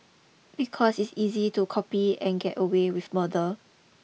because it's easy to copy and get away with murder